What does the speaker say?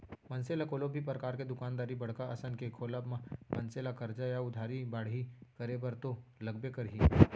मनसे ल कोनो भी परकार के दुकानदारी बड़का असन के खोलब म मनसे ला करजा या उधारी बाड़ही करे बर तो लगबे करही